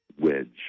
wedge